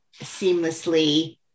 seamlessly